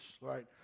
right